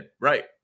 right